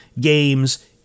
games